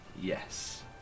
yes